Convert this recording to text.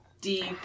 deep